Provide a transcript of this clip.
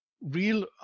Real